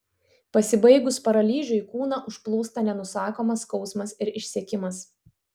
pasibaigus paralyžiui kūną užplūsta nenusakomas skausmas ir išsekimas